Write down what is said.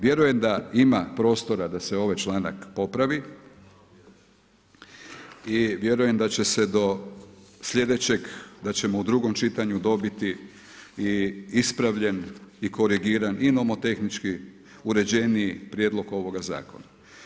Vjerujem da ima prostora da se ovaj članak popravi i vjerujem da će se do sljedećeg, da ćemo u drugom čitanju dobiti i ispravljen i korigiran i nomotehnički uređeniji prijedlog ovog zakona.